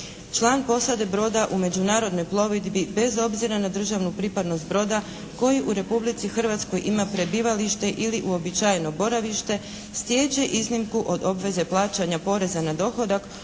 Član posade broda u međunarodnoj plovidbi bez obzira na državnu pripadnost broda koji u Republici Hrvatskoj ima prebivalište ili uobičajeno boravište stječe iznimku od obveze plaćanja poreza na dohodak